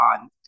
on